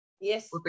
Yes